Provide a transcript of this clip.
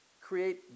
create